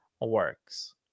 works